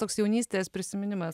toks jaunystės prisiminimas